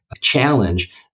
challenge